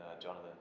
Jonathan